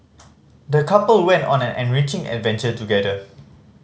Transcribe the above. the couple went on an enriching adventure together